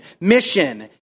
Mission